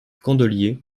candelier